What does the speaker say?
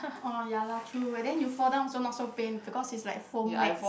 orh ya lah true and then you fall down also not so pain because is like foam mats